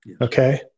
Okay